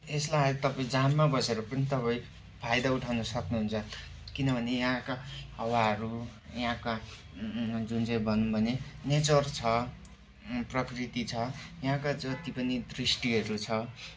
यसलाई अब तपाईँ जाममा बसेर पनि तपाईँ फाइदा उठाउन सक्नुहुन्छ किनभने यहाँका हावाहरू यहाँका जुन चाहिँ भनौँ भने नेचर छ प्रकृति छ यहाँको जति पनि दृष्टिहरू छ